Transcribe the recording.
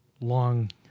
long